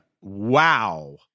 Wow